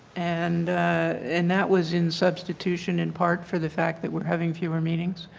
and and that was in substitution in part for the fact that we are having fewer meetings.